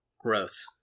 Gross